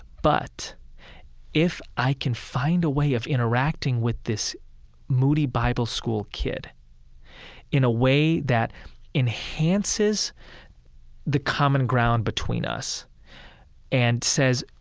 but if i can find a way of interacting with this moody bible school kid in a way that enhances the common ground between us and says,